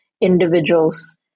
individuals